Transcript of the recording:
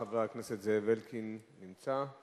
חבר הכנסת זאב אלקין נמצא?